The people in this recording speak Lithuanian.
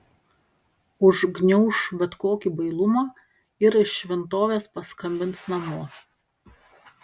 užgniauš bet kokį bailumą ir iš šventovės paskambins namo